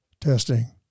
Testing